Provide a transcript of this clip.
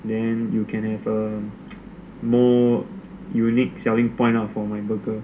then you can have a more unique selling point ah for my burger